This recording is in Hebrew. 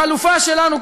והחלופה שלנו,